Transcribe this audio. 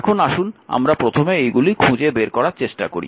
এখন আসুন আমরা প্রথমে এইগুলি খুঁজে বের করার চেষ্টা করি